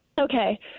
Okay